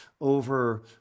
over